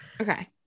Okay